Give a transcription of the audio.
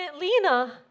Lena